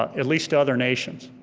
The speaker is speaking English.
at least to other nations,